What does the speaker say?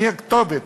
מי הכתובת?